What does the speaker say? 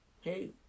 hey